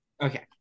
Okay